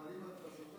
אבל אם אתה זוכר,